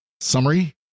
summary